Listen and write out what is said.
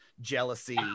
jealousy